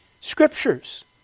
Scriptures